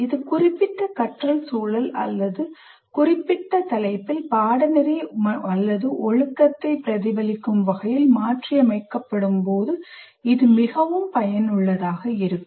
இது குறிப்பிட்ட கற்றல்சூழல் அல்லது குறிப்பிட்ட தலைப்பில் பாடநெறி அல்லது ஒழுக்கத்தை பிரதிபலிக்கும் வகையில் மாற்றியமைக்கப்படும் போது இது மிகவும் பயனுள்ளதாக இருக்கும்